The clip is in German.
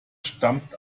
stammt